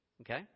Okay